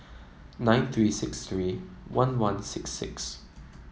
nine three six three one one six six